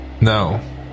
no